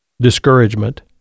discouragement